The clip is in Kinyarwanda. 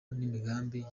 n’imigambi